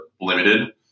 limited